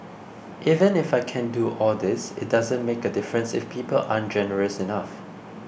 even if I can do all this it doesn't make a difference if people aren't generous enough